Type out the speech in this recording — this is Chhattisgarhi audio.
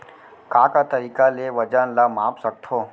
का का तरीक़ा ले वजन ला माप सकथो?